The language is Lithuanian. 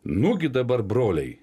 nugi dabar broliai